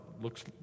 looks